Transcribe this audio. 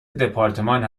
دپارتمان